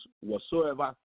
whatsoever